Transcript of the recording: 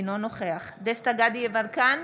אינו נוכח דסטה גדי יברקן,